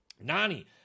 Nani